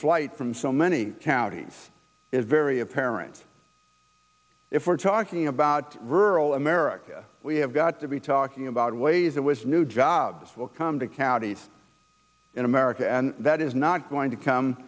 flight from so many counties is very apparent if we're talking about rural america we have got to be talking about ways that was new jobs will come to counties in america and that is not going to come